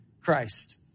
Christ